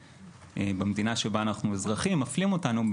במדינה שבה אנחנו אזרחים מפלים אותנו,